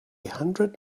hundred